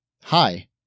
hi